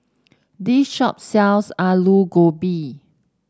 this shop sells Alu Gobi